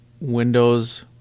Windows